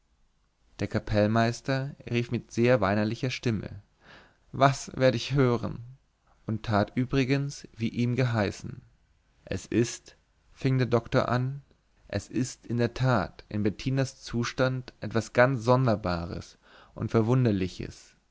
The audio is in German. der kapellmeister rief mit sehr weinerlicher stimme was werd ich hören und tat übrigens wie ihm geheißen es ist fing der doktor an es ist in der tat in bettinas zustand etwas ganz sonderbares und verwunderliches